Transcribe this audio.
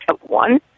one